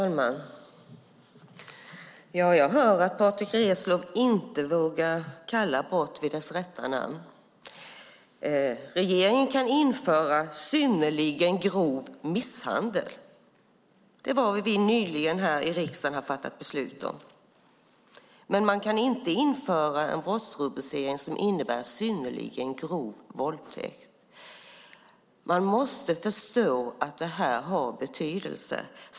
Herr talman! Jag hör att Patrick Reslow inte vågar kalla brott vid dess rätta namn. Regeringen kan införa synnerligen grov misshandel. Det är vad vi nyligen här i riksdagen har fattat beslut om. Men man kan inte införa en brottsrubricering som innebär synnerligen grov våldtäkt. Man måste förstå att detta har betydelse.